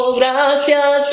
gracias